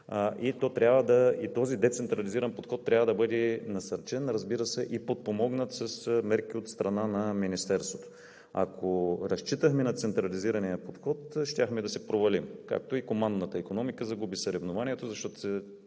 Този децентрализиран подход трябва да бъде насърчен, разбира се, и подпомогнат с мерки от страна на Министерството. Ако разчитаме на централизирания подход, щяхме да се провалим, както и командната икономика загуби съревнованието, защото